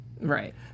Right